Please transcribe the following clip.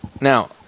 Now